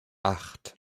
acht